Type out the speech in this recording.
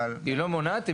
היא לא מונעת,